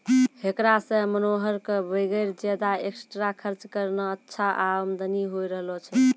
हेकरा सॅ मनोहर कॅ वगैर ज्यादा एक्स्ट्रा खर्च करनॅ अच्छा आमदनी होय रहलो छै